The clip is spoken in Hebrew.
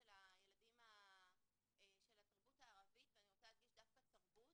של הילדים בתרבות הערבית ואני רוצה להדגיש דווקא תרבות.